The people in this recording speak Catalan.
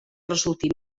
resulti